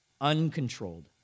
uncontrolled